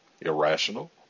irrational